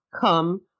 come